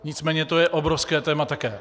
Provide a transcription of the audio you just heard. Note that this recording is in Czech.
Nicméně to je obrovské téma také.